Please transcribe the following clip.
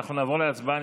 אנחנו נעבור להצבעה.